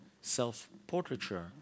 self-portraiture